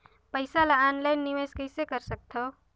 पईसा ल ऑनलाइन निवेश कइसे कर सकथव?